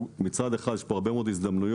מצד אחד, יש פה הרבה מאוד הזדמנויות